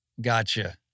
Gotcha